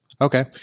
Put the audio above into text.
okay